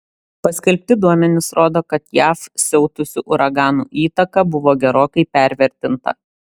paskelbti duomenys rodo kad jav siautusių uraganų įtaka buvo gerokai pervertinta